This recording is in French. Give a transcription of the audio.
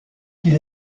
qu’il